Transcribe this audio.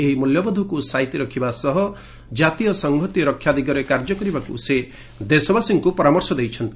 ଏହି ମୂଲ୍ୟବୋଧକ୍ ସାଇତି ରଖିବା ସହ କାତୀୟ ସଂହତି ରକ୍ଷାଦିଗରେ କାର୍ଯ୍ୟ କରିବାକୁ ସେ ଦେଶବାସୀଙ୍କୁ ପରାମର୍ଶ ଦେଇଛନ୍ତି